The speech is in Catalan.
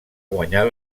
guanyar